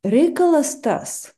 reikalas tas